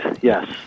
yes